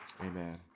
Amen